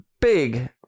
big